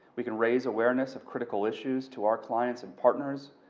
we can raise awareness of critical issues to our clients and partners.